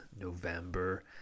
November